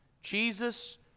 Jesus